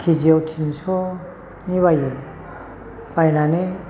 के जि याव टिनस'नि बायो बायनानै